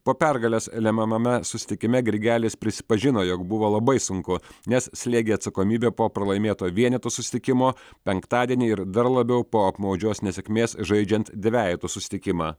po pergalės lemiamame susitikime grigelis prisipažino jog buvo labai sunku nes slėgė atsakomybė po pralaimėto vienetų susitikimo penktadienį ir dar labiau po apmaudžios nesėkmės žaidžiant dvejetų susitikimą